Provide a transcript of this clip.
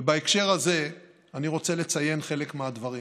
ובהקשר הזה אני רוצה לציין חלק מהדברים.